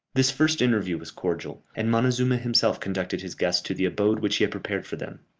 this first interview was cordial, and montezuma himself conducted his guests to the abode which he had prepared for them.